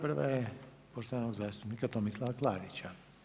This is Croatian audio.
Prva je poštovanog zastupnika Tomislava Klarića.